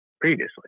previously